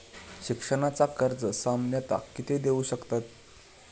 शिक्षणाचा कर्ज सामन्यता किती देऊ शकतत?